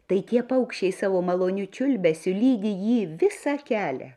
tai tie paukščiai savo maloniu čiulbesiu lydi jį visą kelią